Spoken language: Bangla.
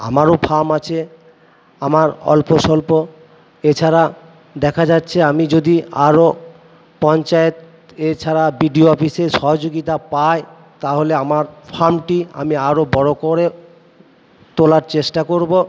আমারও ফার্ম আছে আমার অল্প স্বল্প এছাড়া দেখা যাচ্ছে আমি যদি আরও পঞ্চায়েত এছাড়া বিডিও অফিসে সহযোগিতা পাই তাহলে আমার ফার্মটি আমি আরও বড় করে তোলার চেষ্টা করব